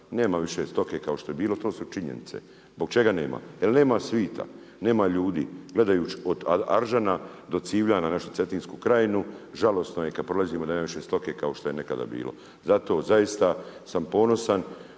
nema više stoke kao što je bilo, to su činjenice. Zbog čega nema? Jer nema svita, nema ljudi. Gledajuć od Aržana do Civljana našu Cetinsku krajinu žalosno je kad prolazimo da nema više stoke kao što je nekada bilo. Zato zaista sam ponosan